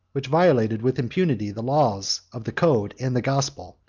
which violated with impunity the laws of the code and the gospel,